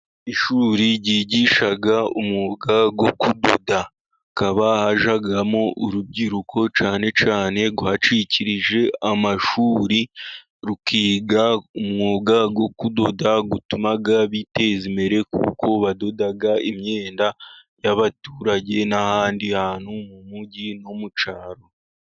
Ishuri ryigisha umwuga wo kudoda. Hakaba hajyamo urubyiruko cyane cyane rwacikirije amashuri, rukiga umwuga wo kudoda utuma biteza imbere, kuko badoda imyenda y'abaturage n'ahandi hantu mu mujyi no mu cyaro.